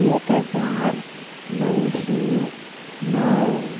एक हजार णवशीं णव